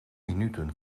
minuten